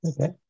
okay